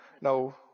no